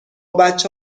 بچه